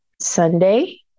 Sunday